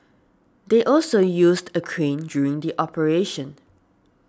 they also used a crane during the operation